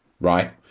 Right